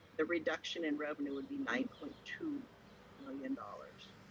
the reduction in revenue would be nine point two million dollars.